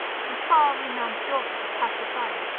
the far-renowned daughter of pasiphae,